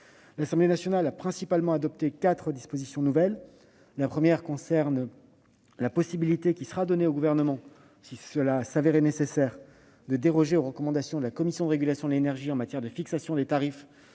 L'Assemblée nationale a principalement adopté quatre dispositions nouvelles. La première concerne la possibilité qui sera donnée au Gouvernement, si cela se révélait nécessaire, de déroger aux recommandations de la commission de régulation de l'énergie en matière de fixation des tarifs